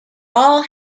all